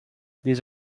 these